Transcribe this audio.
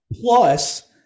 Plus